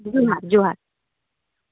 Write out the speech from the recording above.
ᱡᱚᱦᱟᱨ ᱡᱚᱦᱟᱨ